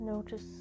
Notice